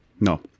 no